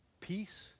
Peace